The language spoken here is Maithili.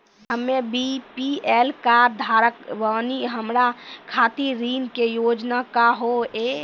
हम्मे बी.पी.एल कार्ड धारक बानि हमारा खातिर ऋण के योजना का होव हेय?